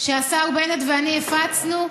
שהשר בנט ואני הפצנו,